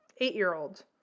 eight-year-old